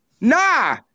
Nah